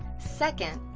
second,